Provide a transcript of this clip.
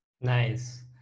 Nice